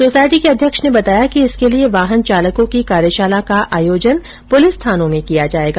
society के अध्यक्ष ने बताया कि इसके लिए वाहन चालकों की कार्यशाला का आयोजन पुलिस थानो में किया जाएगा